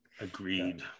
Agreed